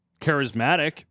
charismatic